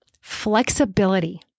flexibility